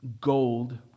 gold